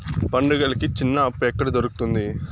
పండుగలకి చిన్న అప్పు ఎక్కడ దొరుకుతుంది